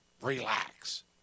relax